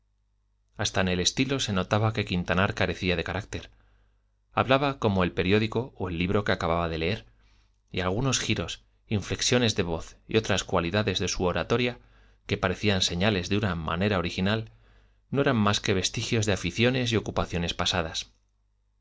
hasta en el estilo se notaba que quintanar carecía de carácter hablaba como el periódico o el libro que acababa de leer y algunos giros inflexiones de voz y otras cualidades de su oratoria que parecían señales de una manera original no eran más que vestigios de aficiones y ocupaciones pasadas